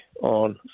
on